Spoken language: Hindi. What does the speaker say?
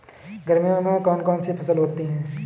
गर्मियों में कौन कौन सी फसल होती है?